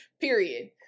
period